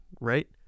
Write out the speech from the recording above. right